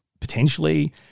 potentially